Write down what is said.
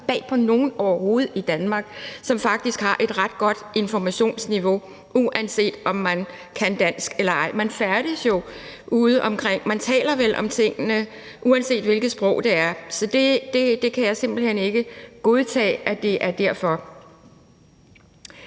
bag på nogen overhovedet i Danmark, som faktisk har et ret godt informationsniveau, uanset om man kan dansk eller ej. Man færdes jo udeomkring, man taler vel om tingene, uanset hvilket sprog det er. Så jeg kan simpelt hen ikke godtage, at det er derfor.